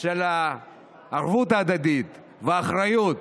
של הערבות ההדדית והאחריות,